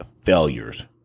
failures